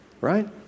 right